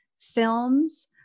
films